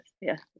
yes